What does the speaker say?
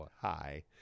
Hi